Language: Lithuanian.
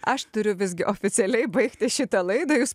aš turiu visgi oficialiai baigti šitą laidą jūs